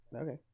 Okay